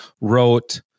wrote